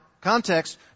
context